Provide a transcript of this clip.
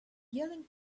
yelling